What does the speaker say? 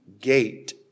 gate